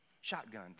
shotgun